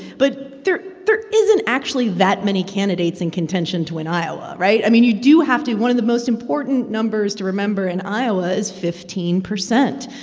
but there there isn't actually that many candidates in contention to win iowa, right? i mean, you do have to one of the most important numbers to remember in iowa is fifteen percent.